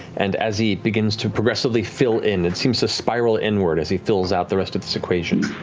and as he begins to progressively fill in, it seems to spiral inward as he fills out the rest of this equation.